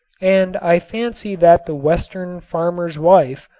and i fancy that the western farmer's wife,